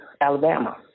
alabama